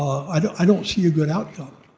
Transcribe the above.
i don't see a good outcome.